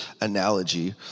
analogy